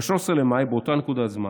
ב-13 במאי, באותה נקודת זמן,